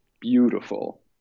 beautiful